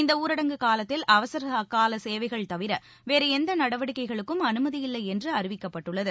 இந்த ஊரடங்கு காலத்தில் அவசரக்கால சேவைகள் தவிர வேறு எந்த நடவடிக்கைகளுக்கும் அனுமதியில்லை என்று அறிவிக்கப்பட்டுள்ளது